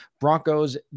Broncos